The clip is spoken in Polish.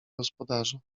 gospodarza